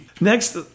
Next